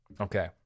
Okay